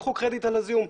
לקחו קרדיט על הזיהום.